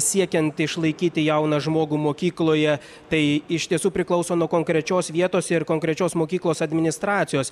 siekiant išlaikyti jauną žmogų mokykloje tai iš tiesų priklauso nuo konkrečios vietos ir konkrečios mokyklos administracijos